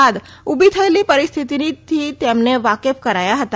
બાદ ઉભી થયેલી પરસ્થિતિથી તેમને વાકેફ કરાયા હતા